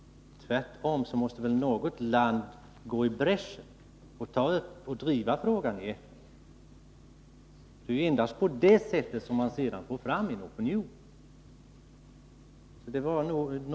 Tvärtom måste något land gå i bräschen och driva frågan i FN. Endast på det sättet kan man få fram en opinion.